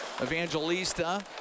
Evangelista